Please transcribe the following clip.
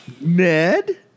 Ned